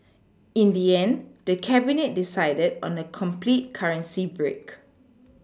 in the end the Cabinet decided on a complete currency break